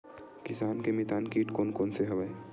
किसान के मितान कीट कोन कोन से हवय?